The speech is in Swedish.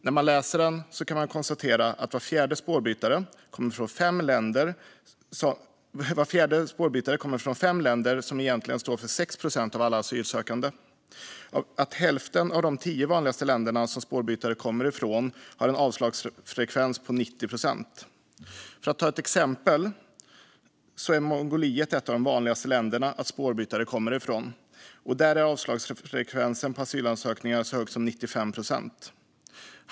När man läser den kan man konstatera att en fjärdedel av spårbytarna kommer från fem länder som egentligen står för 6 procent av alla asylsökande och att hälften av de tio vanligaste länder som spårbytare kommer från har en avslagsfrekvens på 90 procent. För att ta ett exempel är Mongoliet ett av de vanligaste länderna som spårbytare kommer ifrån, och där är avslagsfrekvensen på asylansökningar så hög som 95 procent.